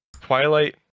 Twilight